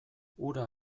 hura